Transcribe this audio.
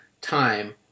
time